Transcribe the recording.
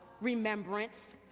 remembrance